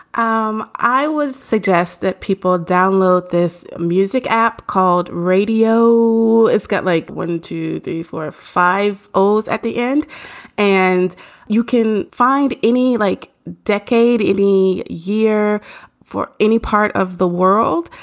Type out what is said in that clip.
um i was suggest that people download this music app called radio. it's got like one, two, three, four, five o's at the end and you can find any like decade, any year for any part of the world.